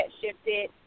shifted